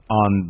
on